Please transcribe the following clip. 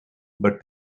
but